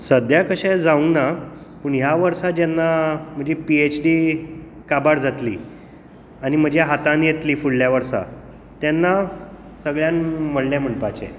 सद्द्याक अशें जावंक ना पूण ह्या वर्सा जेन्ना म्हजी पी एच डी काबार जातली आनी म्हज्या हातान येतली फुडल्या वर्सा तेन्ना सगळ्यांत व्हडलें म्हणपाचें